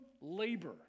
labor